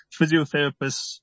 physiotherapists